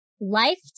life